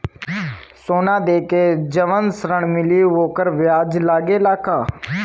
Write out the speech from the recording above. सोना देके जवन ऋण मिली वोकर ब्याज लगेला का?